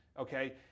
okay